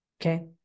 Okay